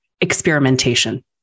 experimentation